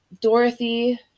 Dorothy